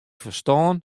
ferstân